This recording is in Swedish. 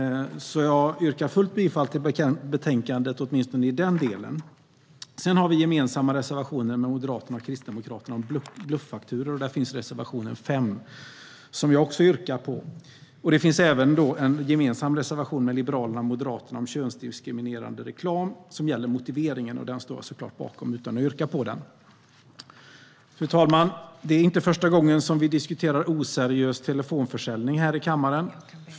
Jag yrkar fullt bifall till betänkandet, åtminstone i den delen. Sedan har vi en gemensam reservation med Moderaterna och Kristdemokraterna om bluffakturor, reservation 5, som jag också yrkar bifall till. Det finns även en gemensam reservation med Liberalerna och Moderaterna om könsdiskriminerande reklam. Det gäller motiveringen. Den reservationen står jag såklart bakom utan att yrka bifall till den. Fru talman! Det är inte första gången vi diskuterar oseriös telefonförsäljning här i kammaren.